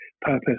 purpose